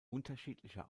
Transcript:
unterschiedlicher